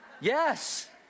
Yes